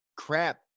crap